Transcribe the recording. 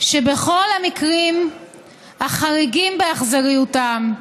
שבכל המקרים החריגים באכזריותם,